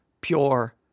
pure